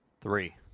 Three